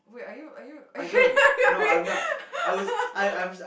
wait are you are you are you